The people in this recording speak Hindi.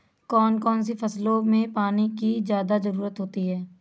कौन कौन सी फसलों में पानी की ज्यादा ज़रुरत होती है?